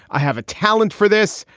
i have a talent for this.